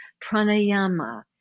pranayama